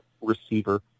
receiver